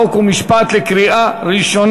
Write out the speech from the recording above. חוק ומשפט נתקבלה.